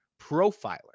Profiler